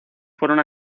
fueron